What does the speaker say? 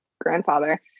grandfather